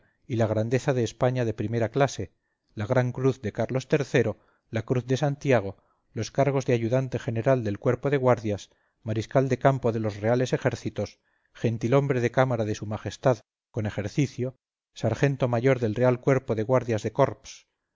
y la grandeza de españa de primera clase la gran cruz de carlos iii la cruz de santiago los cargos de ayudante general del cuerpo de guardias mariscal de campo de los reales ejércitos gentil-hombre de cámara de s m con ejercicio sargento mayor del real cuerpo de guardias de corps